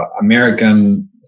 american